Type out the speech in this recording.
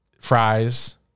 Fries